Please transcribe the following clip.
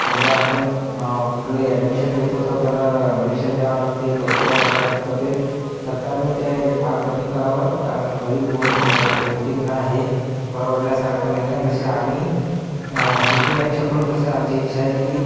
समजा आपण कुठलंही ॲडमिशन घेतो तर त्याला डोनेशन द्यावं लागते पैसे द्यावे लागतात तर ते सरकारने ते भार कमी करावं कारण गरीब मु व्यक्तींना हे परवडण्यासारखं नाहीये जसे आम्ही शिकू नाही शकलो तसे आमची इच्छा आहे की